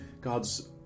god's